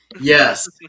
Yes